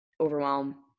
overwhelm